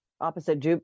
opposite